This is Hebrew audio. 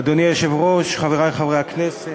אדוני היושב-ראש, חברי חברי הכנסת,